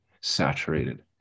Saturated